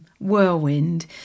whirlwind